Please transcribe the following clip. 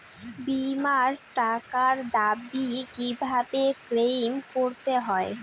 বিমার টাকার দাবি কিভাবে ক্লেইম করতে হয়?